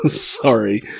Sorry